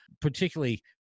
particularly